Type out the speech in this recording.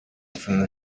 from